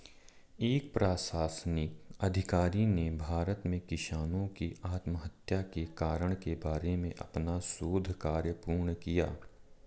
एक प्रशासनिक अधिकारी ने भारत में किसानों की आत्महत्या के कारण के बारे में अपना शोध कार्य पूर्ण किया